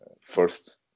first